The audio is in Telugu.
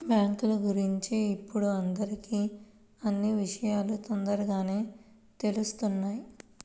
బ్యేంకుల గురించి ఇప్పుడు అందరికీ అన్నీ విషయాలూ తొందరగానే తెలుత్తున్నాయి